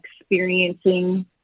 experiencing